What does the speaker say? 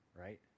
right